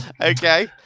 Okay